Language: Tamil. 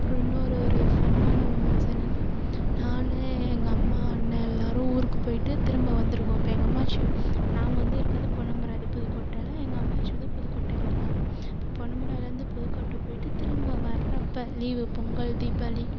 அப்புறம் இன்னோரு ஒரு ஃபன்னான மூமெண்ட்ஸ் என்னென்னால் நான் எங்கள் அம்மா அண்ணன் எல்லோரும் ஊருக்குப் போயிட்டு திரும்ப வந்துருக்கோம் இப்போ எங்கள் அம்மாச்சி நாங்கள் வந்து இருக்கிறது பொன்னமராவதி புதுக்கோட்டைல எங்கள் அம்மாச்சி வந்து புதுக்கோட்டைல இருக்காங்க இப்போ பொன்னமாராவதியிலேருந்து புதுக்கோட்டை போயிட்டு திரும்ப வர்றப்போ லீவு பொங்கல் தீபாவளி